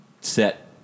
set